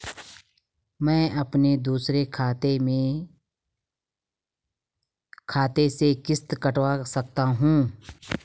मैं अपने दूसरे खाते से किश्त कटवा सकता हूँ?